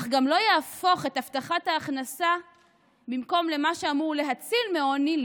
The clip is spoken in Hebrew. אך גם לא יהפוך את הבטחת ההכנסה במקום למה שאמור להציל מעוני,